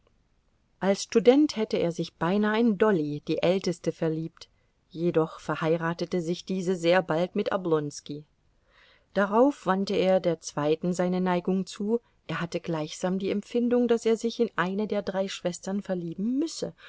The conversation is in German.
als student hätte er sich beinah in dolly die älteste verliebt jedoch verheiratete sich diese sehr bald mit oblonski darauf wandte er der zweiten seine neigung zu er hatte gleichsam die empfindung daß er sich in eine der drei schwestern verlieben müsse